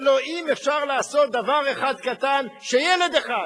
הלוא אם אפשר לעשות דבר אחד קטן, שילד אחד,